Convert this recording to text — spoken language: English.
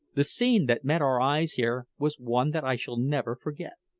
the scene that met our eyes here was one that i shall never forget.